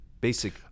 Basic